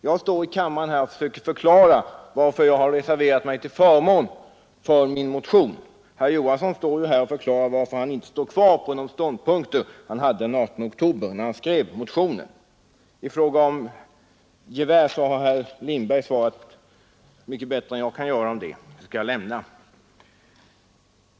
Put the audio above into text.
Jag står här i kammaren och försöker förklara varför jag har reserverat mig till förmån för min motion; herr Johansson i Holmgården förklarar varför han inte står kvar på ståndpunkter han hade den 18 oktober, när han skrev motionen. Beträffande frågan om gevären har herr Lindberg svarat mycket bättre än jag kan göra, därför skall jag lämna den frågan därhän.